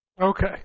Okay